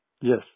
Yes